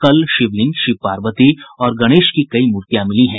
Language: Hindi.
कल शिवलिंग शिव पार्वती और गणेश की कई मूर्तियां मिली हैं